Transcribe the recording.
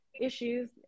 issues